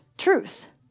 truth